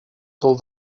told